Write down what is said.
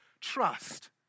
Trust